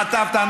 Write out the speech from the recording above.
חטפת,